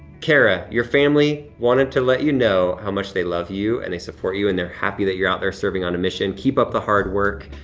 cara, your family wanted to let you know how much they love you and they support you and they're happy that you're out there serving on a mission. keep up the hard work.